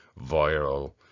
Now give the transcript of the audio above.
viral